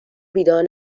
بیدار